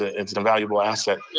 ah it's an invaluable asset.